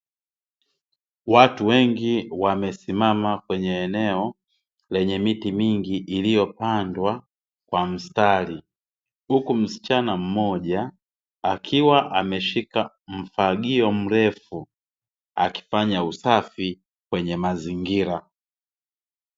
Watu wengi wamesimama kwenye eneo lenye miti mingi iliyopandwa kwa mstari, huku msichana mmoja akiwa ameshika mfagio mrefu akifanya usafi kwenye mazingira.